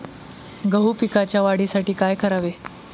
गहू पिकाच्या वाढीसाठी काय करावे?